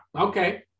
okay